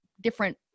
different